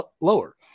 lower